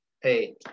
hey